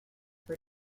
for